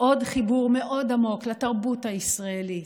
עוד חיבור מאוד עמוק לתרבות הישראלית,